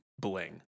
bling